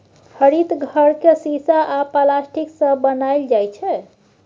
हरित घर केँ शीशा आ प्लास्टिकसँ बनाएल जाइ छै